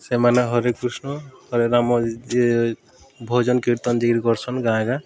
ସେମାନେ ହରେ କୃଷ୍ଣ ହରେ ରାମ ଭଜନ କୀର୍ତ୍ତନ ଯାଇକରି କରସନ୍ ଗାଁ ଗାଁ